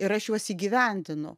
ir aš juos įgyvendinu